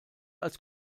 als